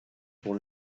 pour